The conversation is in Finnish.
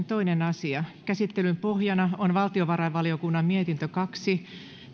toinen asia käsittelyn pohjana on valtiovarainvaliokunnan mietintö kaksi